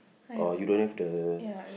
oh you don't have the